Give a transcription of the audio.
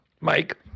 Mike